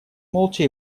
молча